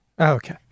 Okay